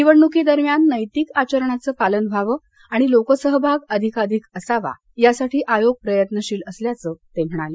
निवडण्की दरम्यान नैतिक आचरणाचं पालन व्हावं आणि लोकसहभाग अधिकाधिक असावा यासाठी आयोग प्रयत्नशील असल्याचं ते म्हणाले